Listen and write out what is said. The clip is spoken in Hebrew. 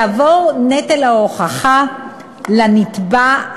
יעבור נטל ההוכחה לנתבע,